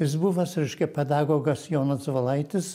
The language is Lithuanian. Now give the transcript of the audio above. jis buvęs reiškia pedagogas jonas valaitis